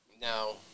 Now